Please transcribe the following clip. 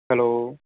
hello